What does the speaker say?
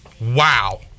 wow